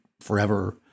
forever